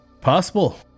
possible